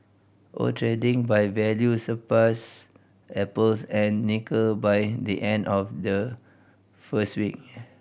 oil trading by value surpassed apples and nickel by the end of the first week